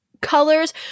colors